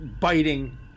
biting